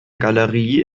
galerie